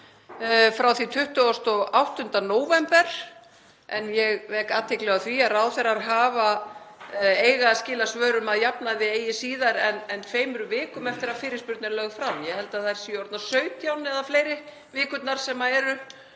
frá því 28. nóvember, en ég vek athygli á því að ráðherrar eiga að skila svörum að jafnaði eigi síðar en tveimur vikum eftir að fyrirspurn er lögð fram. Ég held að þær séu orðnar 17 eða fleiri, vikurnar sem eru